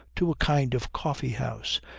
to a kind of coffee-house,